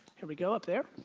here we go up there.